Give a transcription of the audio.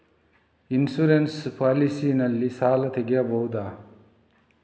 Insurance policy ನಲ್ಲಿ ಸಾಲ ತೆಗೆಯಬಹುದ?